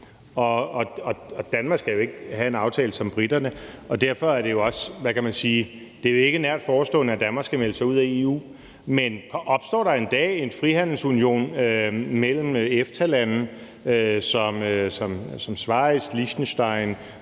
Danmark skal jo ikke have en aftale som briterne, og derfor er det jo ikke nært forestående, at Danmark skal melde sig ud af EU. Men opstår der en dag en frihandelsunion mellem EFTA-lande som Schweiz, Liechtenstein,